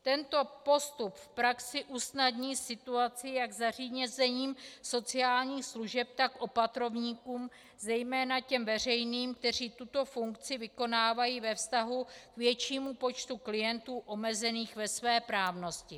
Tento postup v praxi usnadní situaci jak zařízením sociálních služeb, tak opatrovníkům, zejména těm veřejným, kteří tuto funkci vykonávají ve vztahu k většímu počtu klientů omezených ve svéprávnosti.